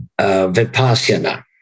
vipassana